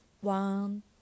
one